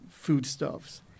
foodstuffs